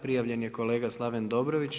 Prijavljen je kolega Slaven Dobrović.